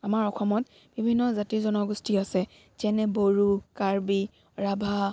আমাৰ অসমত বিভিন্ন জাতি জনগোষ্ঠী আছে যেনে বড়ো কাৰ্বি ৰাভা